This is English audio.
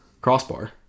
crossbar